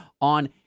on